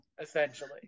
essentially